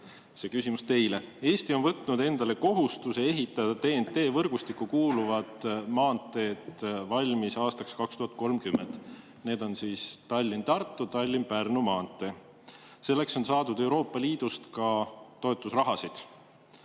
see küsimus teile. Eesti on võtnud endale kohustuse ehitada TNT-võrgustikku kuuluvad maanteed valmis aastaks 2030. Need on Tallinna–Tartu ja Tallinna–Pärnu maantee. Selleks on saadud Euroopa Liidust ka toetusraha.